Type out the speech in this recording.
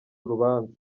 urubanza